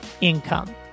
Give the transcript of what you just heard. income